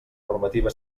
normativa